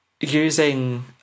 using